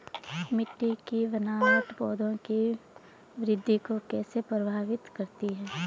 मिट्टी की बनावट पौधों की वृद्धि को कैसे प्रभावित करती है?